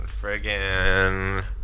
friggin